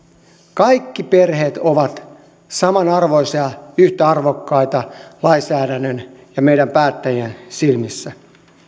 kaikki perheet ovat samanarvoisia yhtä arvokkaita lainsäädännön ja meidän päättäjien silmissä